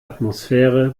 atmosphäre